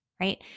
right